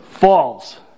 False